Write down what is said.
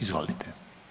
Izvolite.